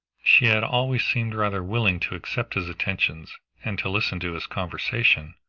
she had always seemed rather willing to accept his attentions and to listen to his conversation,